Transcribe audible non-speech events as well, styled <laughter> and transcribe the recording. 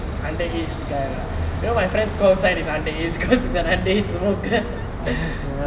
under aged guy lah you know my friend's call sign is underaged cause he's an underaged smoker <laughs>